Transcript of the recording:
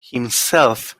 himself